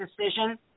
decision